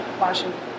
Washington